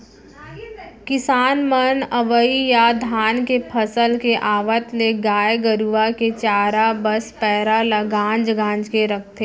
किसान मन अवइ या धान के फसल के आवत ले गाय गरूवा के चारा बस पैरा ल गांज गांज के रखथें